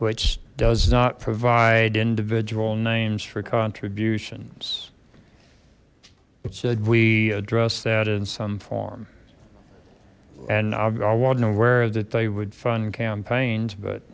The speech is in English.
which does not provide individual names for contributions it said we address that in some form and i wasn't aware that they would fund campaigns but